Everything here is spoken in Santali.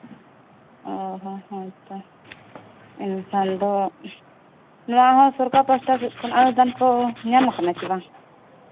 ᱚ ᱦᱚᱸ ᱦᱚᱭᱛᱚ ᱮᱱᱠᱷᱟᱱ ᱫᱚ ᱱᱚᱣᱟ ᱦᱚᱸ ᱥᱚᱨᱠᱟᱨ ᱯᱟᱥᱴᱟ ᱥᱮᱫ ᱠᱷᱚᱱ ᱟᱨᱚ ᱫᱟᱱ ᱠᱚ ᱧᱟᱢ ᱠᱟᱱᱟ ᱥᱮ ᱵᱟᱝ